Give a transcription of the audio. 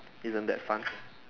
isn't that fun